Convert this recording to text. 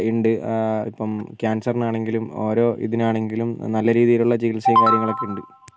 ഉണ്ട് ഇപ്പം ക്യാൻസറിന് ആണെങ്കിലും ഓരോ ഇതിനാണെങ്കിലും നല്ല രീതിയിലുള്ള ചികിത്സയും കാര്യങ്ങളും ഒക്കെ ഉണ്ട്